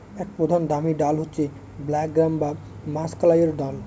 এক প্রধান দামি ডাল হচ্ছে ব্ল্যাক গ্রাম বা মাষকলাইর দল